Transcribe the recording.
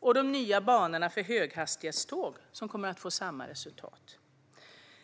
och de nya banorna för höghastighetståg, som kommer att få samma resultat.